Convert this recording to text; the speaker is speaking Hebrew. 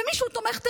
ומי שהוא תומך טרור,